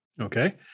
Okay